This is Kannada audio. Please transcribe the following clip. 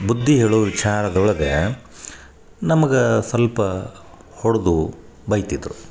ಬುದ್ಧಿ ಹೇಳು ವಿಚಾರದೊಳ್ಗ ನಮಗೆ ಸ್ವಲ್ಪ ಹೊಡ್ದು ಬೈಯ್ತಿದ್ದರು